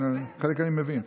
חלק אני מבין.